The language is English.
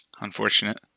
Unfortunate